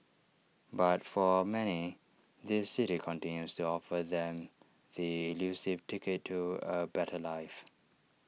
but for many this city continues to offer them the elusive ticket to A better life